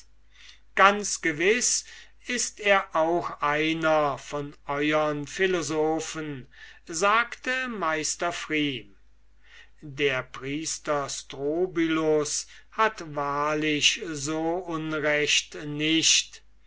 ganz gewiß ist er auch einer von euern philosophen sagte meister pfrieme der priester strobylus hat wahrlich so unrecht nicht